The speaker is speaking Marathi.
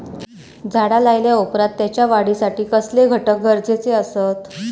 झाड लायल्या ओप्रात त्याच्या वाढीसाठी कसले घटक गरजेचे असत?